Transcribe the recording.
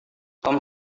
tom